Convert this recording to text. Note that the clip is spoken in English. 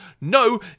No